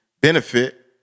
Benefit